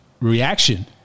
reaction